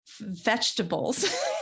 vegetables